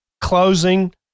closing